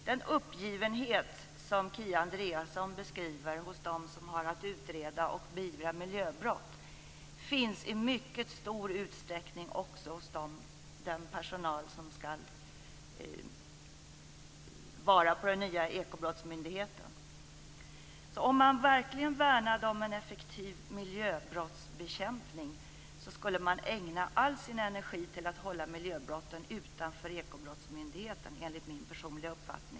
Den uppgivenhet som Kia Andreasson beskriver hos dem som har att utreda och beivra miljöbrott finns i mycket stor utsträckning också hos den personal som skall arbeta på den nya ekobrottsmyndigheten. Om man verkligen värnade om en effektiv miljöbrottsbekämpning skulle man enligt min personliga uppfattning ägna all sin energi till att hålla miljöbrotten utanför Ekobrottsmyndigheten.